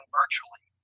virtually